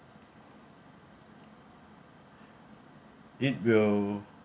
it will